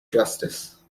justice